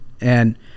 And-